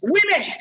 Women